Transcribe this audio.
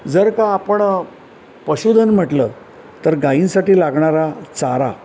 जर का आपण पशुधन म्हटलं तर गाईंसाठी लागणारा चारा